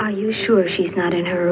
are you sure she's not in her